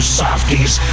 softies